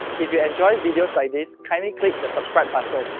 if you enjoy videos like this kindly click the subscribe but